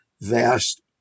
vast